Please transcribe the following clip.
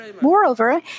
Moreover